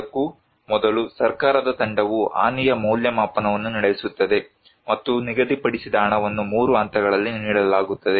ಅದಕ್ಕೂ ಮೊದಲು ಸರ್ಕಾರದ ತಂಡವು ಹಾನಿಯ ಮೌಲ್ಯಮಾಪನವನ್ನು ನಡೆಸುತ್ತದೆ ಮತ್ತು ನಿಗದಿಪಡಿಸಿದ ಹಣವನ್ನು 3 ಹಂತಗಳಲ್ಲಿ ನೀಡಲಾಗುತ್ತದೆ